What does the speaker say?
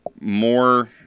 more